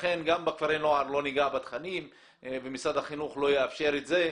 לכן גם בכפרי הנוער לא ניגע בתכנים ומשרד החינוך לא יאפשר את זה.